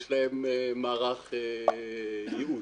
יש להם מערך ייעוץ,